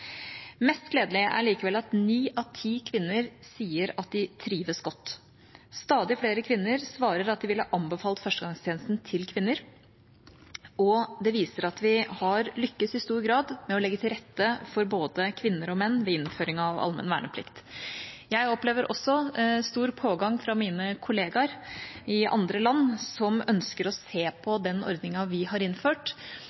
Mest gledelig er det likevel at ni av ti kvinner sier at de trives godt. Stadig flere kvinner svarer at de ville anbefalt førstegangstjenesten til kvinner, og det viser at vi har lyktes i stor grad med å legge til rette for både kvinner og menn ved innføring av allmenn verneplikt. Jeg opplever også stor pågang fra mine kollegaer i andre land som ønsker å se